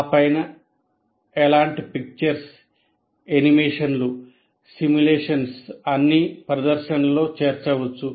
ఆ పైన ఎలాంటి పిక్చర్స్ యానిమేషన్లు సిమ్యులేషన్స్ అన్నీ ప్రదర్శనలో చేర్చవచ్చు